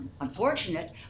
unfortunate